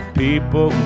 people